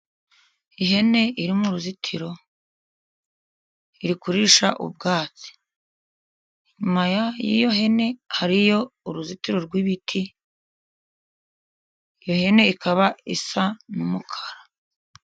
Ihene iri mu ruzitiro, iri kuririsha ubwatsi. Inyuma y'iyo hene hariyo uruzitiro rw'ibiti, iyo hene ikaba isa n'umukara.